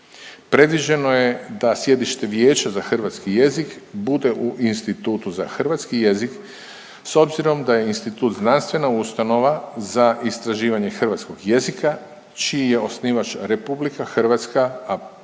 Predviđeno je da sjedište vijeća za hrvatski jezik bude u Institutu za hrvatski jezik s obzirom da je institut znanstvena ustanova za istraživanje hrvatskog jezika čiji je osnivač RH, a prava i